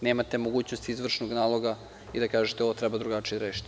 Nemate mogućnost izvršnog naloga i da kažete – ovo treba drugačije rešiti.